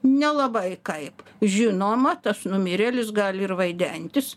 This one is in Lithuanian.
nelabai kaip žinoma tas numirėlis gali ir vaidentis